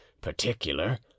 particular